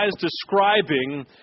describing